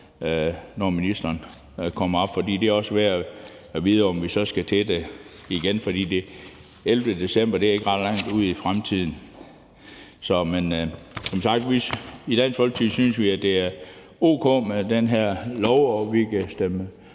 når ministeren kommer herop, for det er værd at vide, om vi så skal til det igen – den 11. december ligger ikke ret langt ud i fremtiden. Men som sagt synes vi i Dansk Folkeparti, at det er o.k. med den her lov, og vi kan stemme